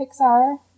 Pixar